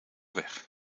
weg